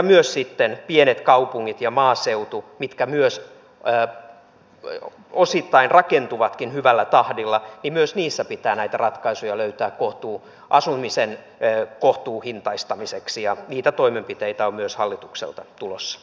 myös pienissä kaupungeissa ja maaseudulla mitkä myös osittain rakentuvatkin hyvällä tahdilla pitää näitä ratkaisuja löytää asumisen kohtuuhintaistamiseksi ja niitä toimenpiteitä on myös hallitukselta tulossa